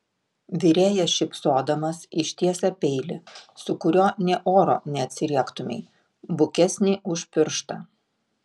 virėjas šypsodamas ištiesia peilį su kuriuo nė oro neatsiriektumei bukesnį už pirštą